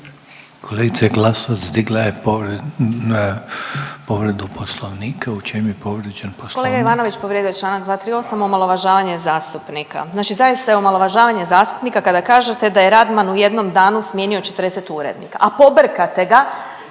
Kolega Ivanović povrijedio je čl. 238., omalovažavanje zastupnika. Znači zaista je omalovažavanje zastupnika kada kažete da je Radman u jednom danu smijenio 40 urednika, a pobrkate ga